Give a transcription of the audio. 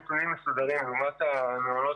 זאת להבדיל מהמעונות